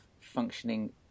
functioning